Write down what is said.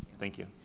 thank you.